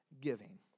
giving